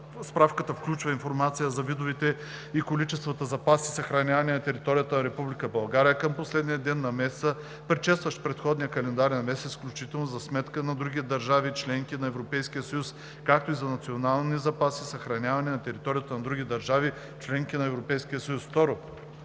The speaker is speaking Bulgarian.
справката включва информация за видовете и количествата запаси, съхранявани на територията на Република България към последния ден на месеца, предшестващ предходния календарен месец, включително за сметка на други държави – членки на Европейския съюз, както и за национални запаси, съхранявани на територията на други държави – членки на